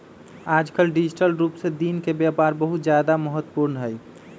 आजकल डिजिटल रूप से दिन के व्यापार बहुत ज्यादा महत्वपूर्ण हई